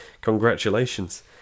congratulations